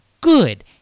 good